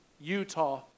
Utah